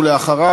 ואחריו,